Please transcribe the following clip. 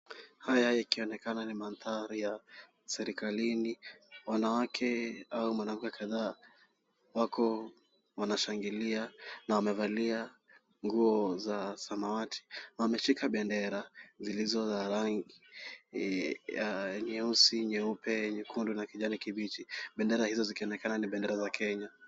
Haya ikionekana ni mandhari ya serikalini. Wanawake au wanaume kadhaa, wako wanashangilia na wamevalia nguo za samawati. Wameshika bendera zilizo za rangi ya nyeusi, nyeupe nyekundu na kijani kibichi. Bendera hizo zikionekana ni bendera za Kenya.